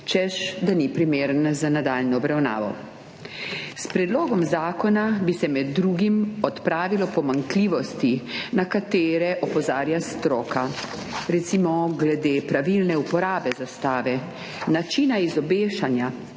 češ da ni primeren za nadaljnjo obravnavo. S predlogom zakona bi se med drugim odpravilo pomanjkljivosti, na katere opozarja stroka, recimo glede pravilne uporabe zastave, načina izobešanja,